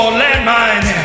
landmines